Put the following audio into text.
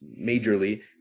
majorly